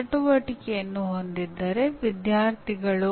ಈಗ ಪ್ರಶ್ನೆಯೇನೆಂದರೆ ವಿದ್ಯಾರ್ಥಿಗಳು